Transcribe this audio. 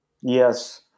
Yes